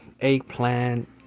eggplant